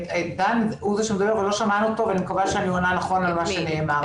דן הוא זה שמדבר ולא שמענו אותו ואני מקווה שאני עונה נכון על מה שנאמר.